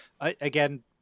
Again